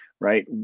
right